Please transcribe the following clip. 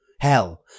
Hell